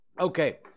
Okay